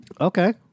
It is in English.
Okay